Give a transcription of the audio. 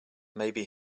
maybe